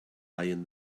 eyeing